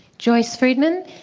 joyce friedman.